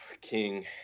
king